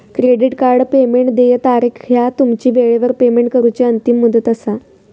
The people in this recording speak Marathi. क्रेडिट कार्ड पेमेंट देय तारीख ह्या तुमची वेळेवर पेमेंट करूची अंतिम मुदत असा